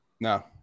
No